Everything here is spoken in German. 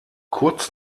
kurz